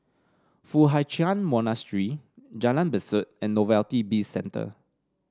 Foo Hai Ch'an Monastery Jalan Besut and Novelty Bizcentre